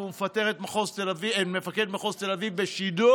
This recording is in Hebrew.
והוא מפטר את מפקד מחוז תל אביב בשידור,